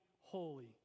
holy